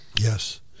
Yes